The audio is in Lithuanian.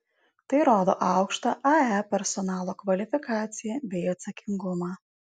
tai rodo aukštą ae personalo kvalifikaciją bei atsakingumą